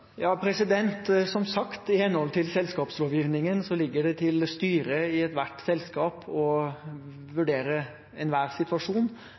henhold til selskapslovgivningen ligger det til styret i ethvert selskap å vurdere enhver situasjon,